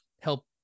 help